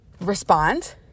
respond